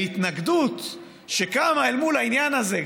ההתנגדות שקמה אל מול העניין הזה,